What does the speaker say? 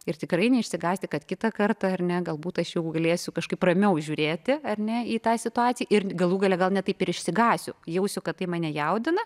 ir tikrai neišsigąsti kad kitą kartą ar ne galbūt aš jau galėsiu kažkaip ramiau žiūrėti ar ne į tą situaciją ir galų gale gal ne taip ir išsigąsiu jausiu kad tai mane jaudina